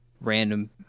random